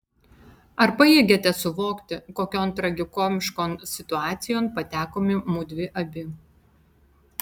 ar pajėgiate suvokti kokion tragikomiškon situacijon patekome mudvi abi